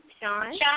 Sean